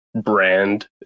brand